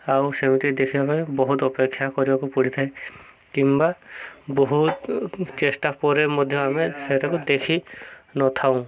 ଆଉ ସେମିତି ଦେଖିବା ପାଇଁ ବହୁତ ଅପେକ୍ଷା କରିବାକୁ ପଡ଼ିଥାଏ କିମ୍ବା ବହୁତ ଚେଷ୍ଟା ପରେ ମଧ୍ୟ ଆମେ ସେଟାକୁ ଦେଖିନଥାଉଁ